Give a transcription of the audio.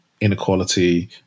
inequality